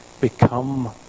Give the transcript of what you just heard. become